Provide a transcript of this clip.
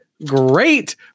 great